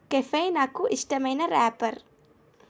కెఫై నాకు ఇష్టమైన రాపర్